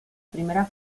primera